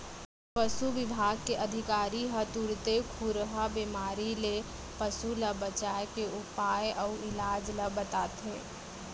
पसु बिभाग के अधिकारी ह तुरते खुरहा बेमारी ले पसु ल बचाए के उपाय अउ इलाज ल बताथें